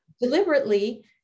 deliberately